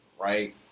right